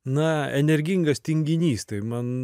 na energingas tinginys tai man